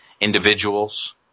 Individuals